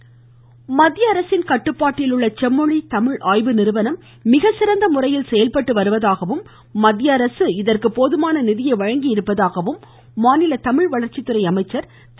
பாண்டியராஜன் மத்திய அரசின் கட்டுப்பாட்டில் உள்ள செம்மொழி தமிழ் ஆய்வு நிறுவனம் மிகச்சிறந்த முறையில் செயல்பட்டு வருவதாகவும் மத்திய அரசு இதற்கு போதுமான நிதியை வழங்கி இருப்பதாகவும் மாநில தமிழ் வளர்ச்சித்துறை அமைச்சர் திரு